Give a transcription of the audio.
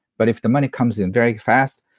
but if the money comes in very fast,